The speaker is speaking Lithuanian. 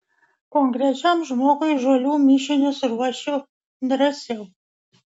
konkrečiam žmogui žolių mišinius ruošiu drąsiau